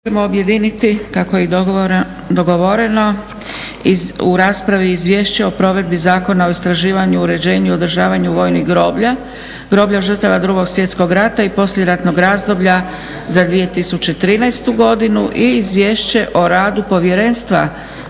ćemo objediniti kako je i dogovoreno u raspravi - Izvješće o provedbi Zakona o istraživanju, uređenju i održavanju vojnih groblja, groblja žrtava Drugog svjetskog rata i poslijeratnog razdoblja za 2013. godinu i - Izvješće o radu Povjerenstva